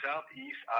Southeast